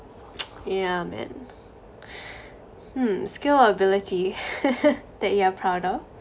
yeah man hmm skill or ability that you're proud of